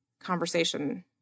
conversation